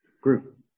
group